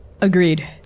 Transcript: Agreed